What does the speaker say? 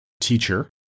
teacher